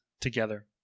together